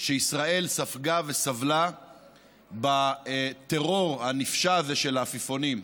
שישראל ספגה וסבלה בטרור הנפשע הזה של העפיפונים: